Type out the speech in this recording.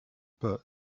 but